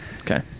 Okay